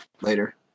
later